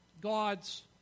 God's